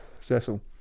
Cecil